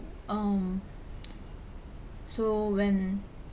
um so when